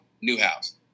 Newhouse